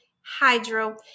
hydro